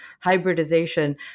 hybridization